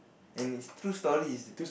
and is true stories